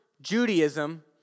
Judaism